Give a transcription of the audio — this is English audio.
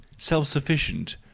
self-sufficient